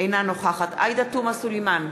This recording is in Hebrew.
אינה נוכחת עאידה תומא סלימאן,